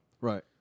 Right